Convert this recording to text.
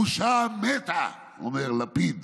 הבושה מתה", אומר יאיר לפיד